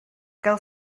gael